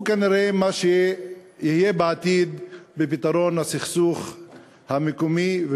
הוא כנראה מה שיהיה בעתיד הפתרון לסכסוך המקומי,